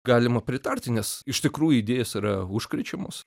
galima pritarti nes iš tikrųjų idėjos yra užkrečiamos